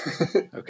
Okay